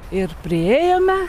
ir priėjome